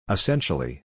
Essentially